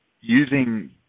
using